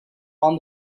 upon